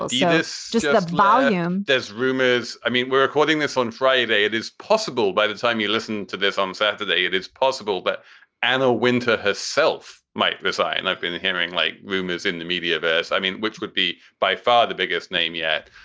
yes, just the volume there's rumors. i mean, we're recording this on friday. it is possible by the time you listen to this on saturday, it is possible that anna wintour herself might resign. i've been hearing, like, rumors in the media. i mean, which would be by far the biggest name yet.